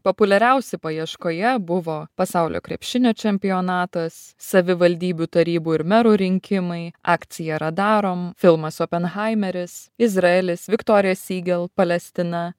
populiariausi paieškoje buvo pasaulio krepšinio čempionatas savivaldybių tarybų ir merų rinkimai akcija radarom filmas openheimeris izraelis viktorija siegel palestina